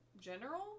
general